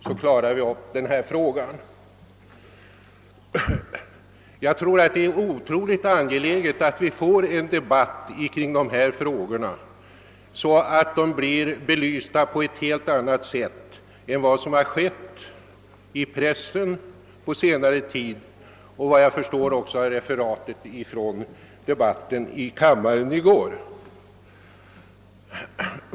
Så löser vi den här frågan. Jag tror att det är synnerligen angeläget att vi får en debatt om dessa spörsmål så att de belyses på ett bättre sätt än vad som skett i pressen under senaste tiden.